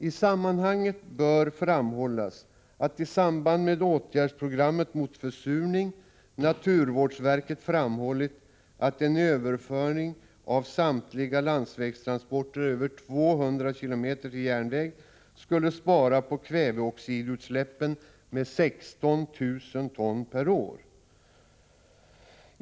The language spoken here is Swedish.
I sammanhanget bör framhållas att i samband med åtgärdsprogrammet mot försurning har naturvårdsverket framhållit att en överföring av samtliga landsvägstransporter över 200 kilometer till järnväg skulle minska kväveoxidutsläppen med 16 000 ton per år.